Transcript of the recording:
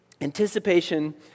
Anticipation